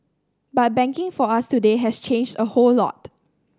but banking for us today has changed a whole lot